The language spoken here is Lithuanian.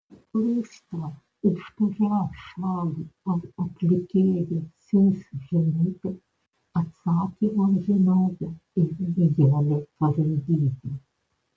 paklausta už kurią šalį ar atlikėją siųs žinutę atsakymą žinojo ir nijolė pareigytė